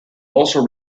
also